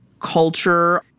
culture